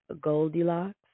Goldilocks